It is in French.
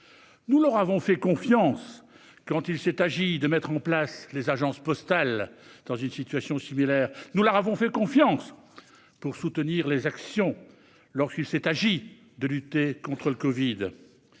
nous leur avons fait confiance quand il s'est agi de mettre en place les agences postales dans une situation similaire ; nous leur avons également fait confiance pour mettre en oeuvre nos décisions lorsqu'il s'est agi de lutter contre la covid-19.